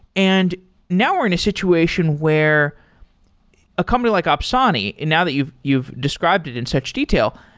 and now we're in a situation where a company like opsani, and now that you've you've described it in such detail,